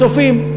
"הצופים".